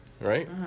right